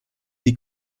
die